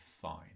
fine